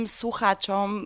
słuchaczom